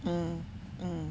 mm mm